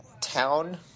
town